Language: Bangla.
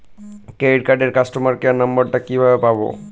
ক্রেডিট কার্ডের কাস্টমার কেয়ার নম্বর টা কিভাবে পাবো?